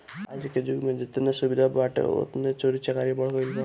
आजके जुग में जेतने सुविधा बाटे ओतने चोरी चकारी बढ़ गईल बा